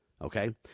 Okay